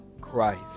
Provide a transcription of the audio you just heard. Christ